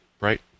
right